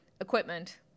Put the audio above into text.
equipment